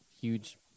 huge